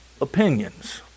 opinions